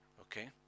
Okay